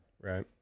Right